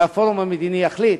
והפורום המדיני יחליט.